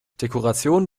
dekoration